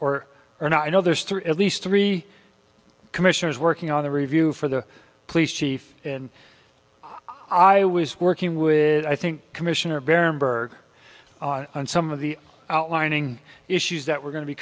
or or not i know there's through at least three commissioners working on the review for the police chief and i was working with i think commissioner baron burke and some of the outlining issues that were going to be